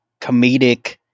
comedic